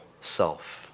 self